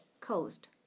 coast